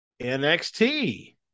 nxt